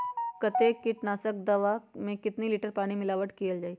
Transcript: कतेक किटनाशक दवा मे कितनी लिटर पानी मिलावट किअल जाई?